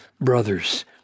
brothers